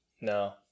No